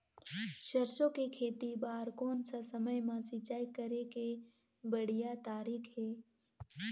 सरसो के खेती बार कोन सा समय मां सिंचाई करे के बढ़िया तारीक हे?